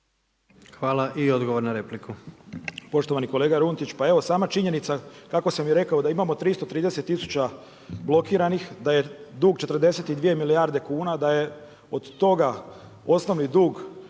Hvala. Nema odgovora na repliku.